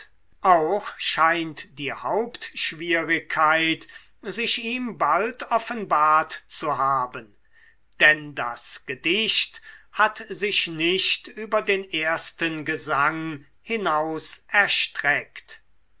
auch scheint die hauptschwierigkeit sich ihm bald offenbart zu haben denn das gedicht hat sich nicht über den ersten gesang hinaus erstreckt